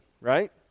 right